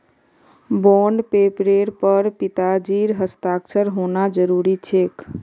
bond पेपरेर पर पिताजीर हस्ताक्षर होना जरूरी छेक